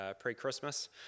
pre-Christmas